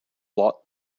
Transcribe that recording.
lot